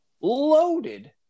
loaded